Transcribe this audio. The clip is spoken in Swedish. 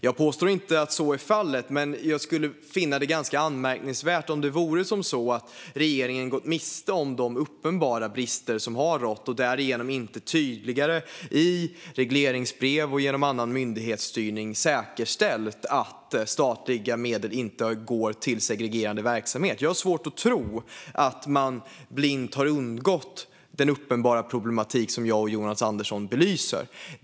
Jag påstår inte att så är fallet, men jag skulle finna det ganska anmärkningsvärt om det vore så att regeringen missat de uppenbara brister som har rått och därigenom inte tydligare i regleringsbrev och genom annan myndighetsstyrning säkerställt att statliga medel inte går till segregerande verksamhet. Jag har svårt att tro att man blint har undgått den uppenbara problematik som jag och Jonas Andersson belyser.